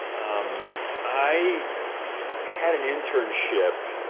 um i had an internship.